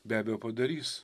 be abejo padarys